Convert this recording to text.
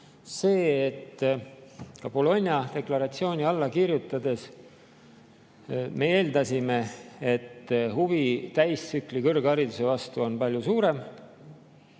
see, et Bologna deklaratsioonile alla kirjutades me eeldasime, et huvi täistsükli kõrghariduse vastu on palju suurem,